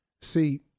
See